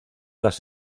las